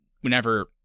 whenever